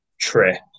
trip